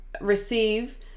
receive